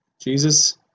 Jesus